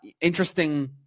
interesting